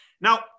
Now